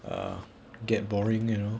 err get boring you know